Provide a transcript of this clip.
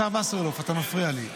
השר וסרלאוף, אתה מפריע לי.